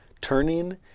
Turning